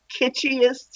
kitschiest